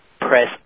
press